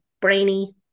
brainy